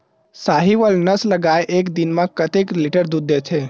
साहीवल नस्ल गाय एक दिन म कतेक लीटर दूध देथे?